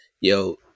Yo